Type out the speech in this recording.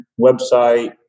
website